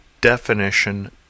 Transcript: definition